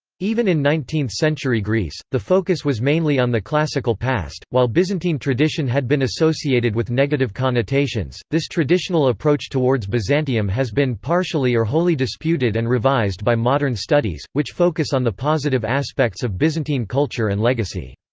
even in nineteenth century greece, the focus was mainly on the classical past, while byzantine tradition had been associated with negative connotations this traditional approach towards byzantium has been partially or wholly disputed and revised by modern studies, which focus on the positive aspects of byzantine culture and legacy.